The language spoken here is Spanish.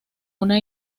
una